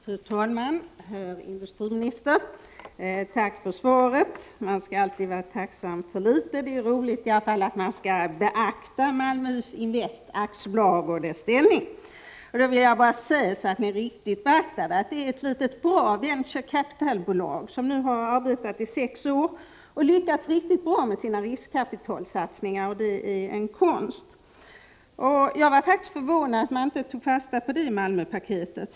Fru talman! Jag tackar industriministern för svaret. Man skall alltid vara tacksam för litet. Det är i varje fall glädjande att höra att investmentbolaget Malmöhus Invest och dess ställning skall beaktas. För att ni riktigt skall beakta detta bolag vill jag säga att det är ett litet bra capital venture-bolag, som redan har funnits i sex år. Det har lyckats riktigt bra med sina riskkapitalsatsningar, och det är ju en konst. Jag blev faktiskt förvånad över att man inte tog fasta på det i samband med Malmöpaketet.